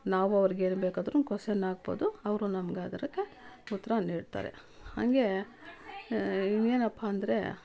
ನಾವು ಅವರಿಗೆ ಏನು ಬೇಕಾದ್ರೂ ಕ್ವೆಶನ್ ಹಾಕ್ಬೋದು ಅವರು ನಮ್ಗೆ ಅದಕ್ಕೆ ಉತ್ತರ ನೀಡ್ತಾರೆ ಹಾಗೆ ಇನ್ನೇನಪ್ಪಾಂದ್ರೆ